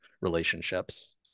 relationships